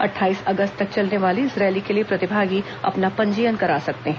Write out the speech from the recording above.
अट्ठाईस अगस्त तक चलने वाली इस रैली के लिए प्रतिभागी अपना पंजीयन करा सकते हैं